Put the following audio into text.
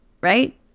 right